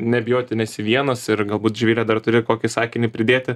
nebijoti nes vienas ir galbūt žvile dar turi kokį sakinį pridėti